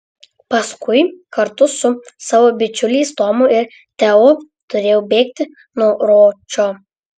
paskui kartu su savo bičiuliais tomu ir teo turėjo bėgti nuo ročo